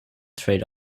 trade